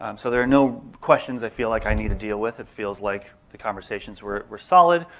um so there are no questions i feel like i need to deal with. it feels like the conversations were solid.